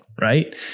right